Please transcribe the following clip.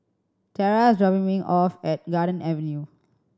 Terra is dropping me off at Garden Avenue